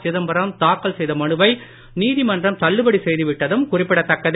சிதம்பரம் தாக்கல் செய்த மனுவை நீதிமன்றம் தள்ளுபடி செய்துவிட்டதும் குறிப்பிடத்தக்கது